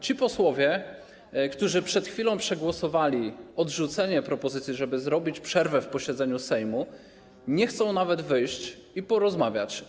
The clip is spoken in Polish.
Ci posłowie, którzy przed chwilą przegłosowali odrzucenie propozycji, żeby zrobić przerwę w posiedzeniu Sejmu, nie chcą nawet wyjść i porozmawiać.